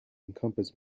encompass